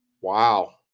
Wow